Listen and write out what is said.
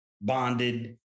bonded